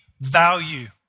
value